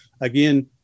Again